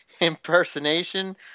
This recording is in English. impersonation